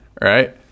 right